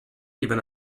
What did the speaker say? even